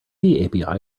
api